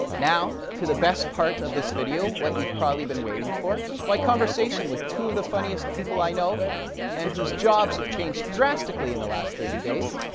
now for the best part of this video, what you've probably been waiting for my conversation with two of the funniest people i know and whose jobs have changed drastically in the last thirty days.